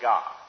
God